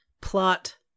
plot